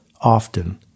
often